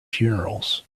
funerals